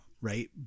right